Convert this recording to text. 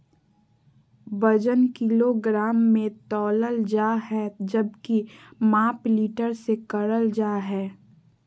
वजन किलोग्राम मे तौलल जा हय जबकि माप लीटर मे करल जा हय